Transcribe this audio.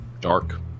dark